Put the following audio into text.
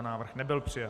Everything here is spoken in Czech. Návrh nebyl přijat.